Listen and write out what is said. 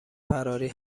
فراری